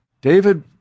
David